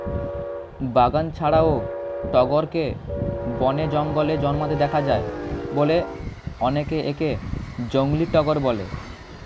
বাগান ছাড়াও টগরকে বনে, জঙ্গলে জন্মাতে দেখা যায় বলে অনেকে একে জংলী টগর বলে